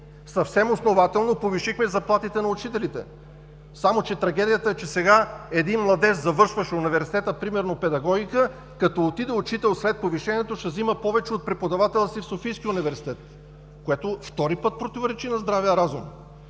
Съвсем основателно повишихме заплатите на учителите. Само че трагедията е, че сега един младеж, завършващ университета, примерно „Педагогика“, като отиде учител, след повишението ще взима повече от преподавателя си в Софийския университет, което втори път противоречи на здравия разум.